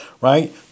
right